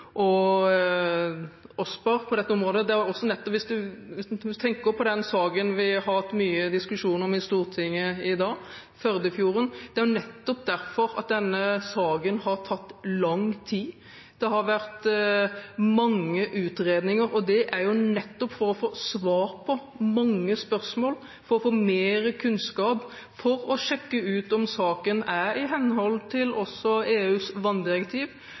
Hvis man tenker på den saken som vi har hatt mye diskusjon om i Stortinget i dag, Førdefjorden, er det nettopp derfor denne saken har tatt lang tid. Det har vært mange utredninger, og det er nettopp for å få svar på mange spørsmål, for å få mer kunnskap, for å sjekke ut om saken er i henhold til også EUs